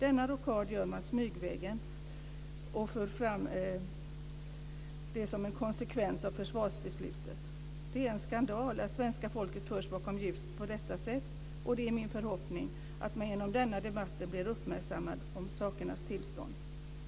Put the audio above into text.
Denna rokad för man fram smygvägen, och man för fram dem som en konsekvens av försvarsbeslutet. Det är en skandal att svenska folket förs bakom ljuset på detta sätt, och det är min förhoppning att man genom denna debatt blir uppmärksammad om sakernas tillstånd.